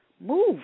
move